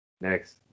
Next